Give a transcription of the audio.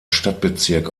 stadtbezirk